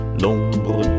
l'ombre